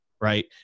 right